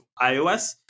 iOS